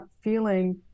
feeling